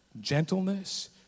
gentleness